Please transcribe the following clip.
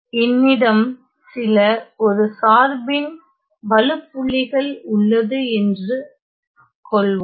என்னிடம் சில ஒரு சார்பின் வழுப்புள்ளிகள் உள்ளது என்று கொள்வோம்